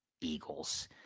Eagles